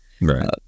Right